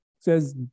Says